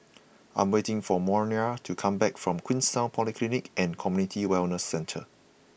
I am waiting for Moriah to come back from Queenstown Polyclinic and Community Wellness Centre